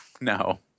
no